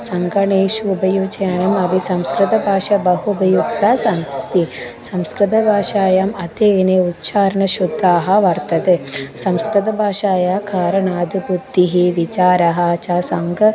सङ्गणकेणेषु उपयुज्यानाम् अपि संस्कृतभाषा बहु उपयुक्ता अस्ति संस्कृतभाषायाम् अध्ययने उच्चारनणशुद्धिः वर्तते संस्कृतभाषायाः कारणात् बुद्धिः विचारः च साङ्घ